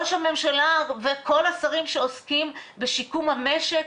ראש הממשלה וכל השרים שעוסקים בשיקום המשק,